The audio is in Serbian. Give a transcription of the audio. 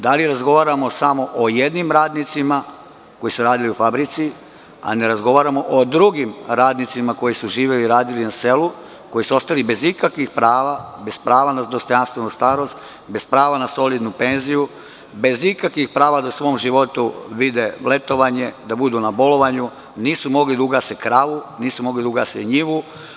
Da li razgovaramo samo o jednim radnicima koji su radili u fabrici, a ne razgovaramo o drugim radnicima koji su živeli i radili na selu, koji su ostali bez ikakvih prava, bez prava na dostojanstvenu starost, bez prava na solidnu penziju, bez ikakvih prava da u svom životu vide letovanje, da budu na bolovanju, nisu mogli da ugase kravu, nisu mogli da ugase njivu.